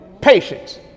patience